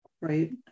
right